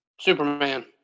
Superman